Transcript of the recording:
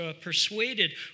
persuaded